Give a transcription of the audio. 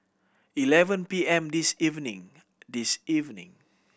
eleven P M this evening this evening